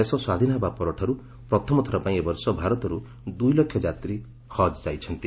ଦେଶ ସ୍ୱାଧୀନ ହେବାଠାରୁ ପ୍ରଥମଥର ପାଇଁ ଏବର୍ଷ ଭାରତରୁ ଦୁଇ ଲକ୍ଷ ଯାତ୍ରୀ ହଜ୍ ଯାଇଛନ୍ତି